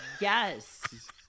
Yes